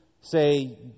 say